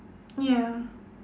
ya